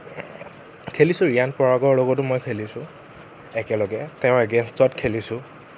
খেলিছোঁ ৰিয়ান পৰাগৰ লগতো মই খেলিছোঁ একেলগে তেওঁৰ এগেইনষ্টত খেলিছোঁ